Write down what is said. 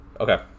Okay